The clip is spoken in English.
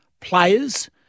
players